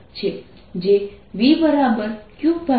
જે V Q4π0 rછે